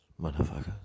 motherfuckers